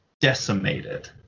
decimated